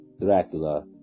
dracula